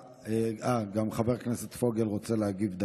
גם חבר הכנסת פוגל רוצה להגיב.